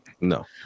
no